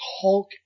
Hulk